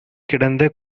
கிடந்த